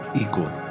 Equal